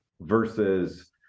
Versus